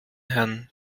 herrn